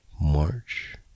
March